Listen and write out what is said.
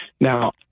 Now